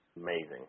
Amazing